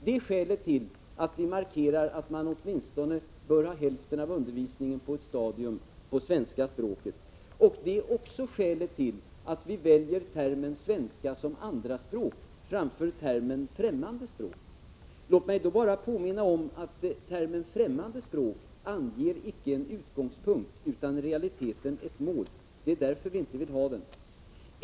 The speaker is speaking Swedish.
Det är skälet till att vi markerar att åtminstone hälften av undervisningen på lågoch mellanstadiet bör ske på svenska språket. Det är också skälet till att vi väljer termen svenska som andra språk framför termen främmande språk. Låt mig påminna om att termen främmande språk icke anger en utgångspunkt utan i realiteten ett mål. Det är därför vi inte vill ha den termen.